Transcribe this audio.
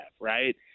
right